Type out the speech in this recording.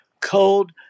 cold